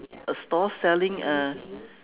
a store selling uh